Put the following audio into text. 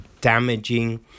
damaging